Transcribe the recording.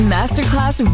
Masterclass